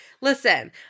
Listen